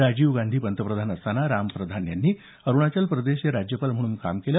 राजीव गांधी पंतप्रधान असताना राम प्रधान यांनी अरुणाचल प्रदेशचे राज्यपाल म्हणून काम केलं